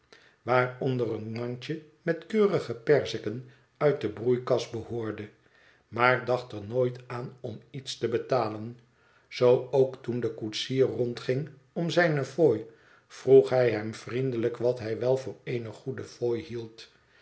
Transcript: waaronder een mandje met keurige perziken uit de broeikas behoorde maar dacht er nooit aan om iets te betalen zoo ook toen de koetsier rondging om zijne fooi vroeg hij hem vriendelijk wat hij wel voor eene goede fooi